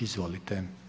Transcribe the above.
Izvolite.